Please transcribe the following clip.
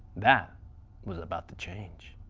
that was about to change.